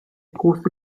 große